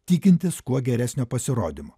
tikintis kuo geresnio pasirodymo